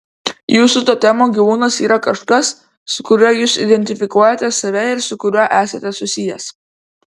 jūsų totemo gyvūnas yra kažkas su kuriuo jūs identifikuojate save ir su kuriuo esate susijęs